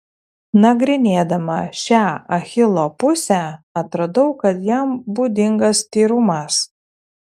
nagrinėdama šią achilo pusę atradau kad jam būdingas tyrumas